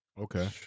Okay